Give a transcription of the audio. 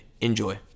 Enjoy